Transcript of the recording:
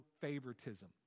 favoritism